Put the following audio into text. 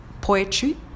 poetry